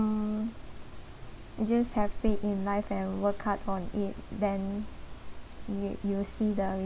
just have faith in life and work hard for it then you you will see the